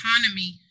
economy